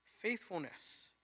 Faithfulness